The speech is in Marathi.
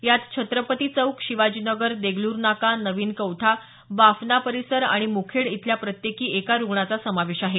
यात छत्रपती चौक शिवाजीनगर देगलूर नाका नविन कौठा बाफना परिसर आणि मुखेड इथल्या प्रत्येकी एका रुग्णाचा समावेश आहे